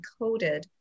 encoded